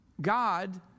God